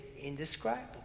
indescribable